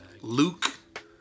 Luke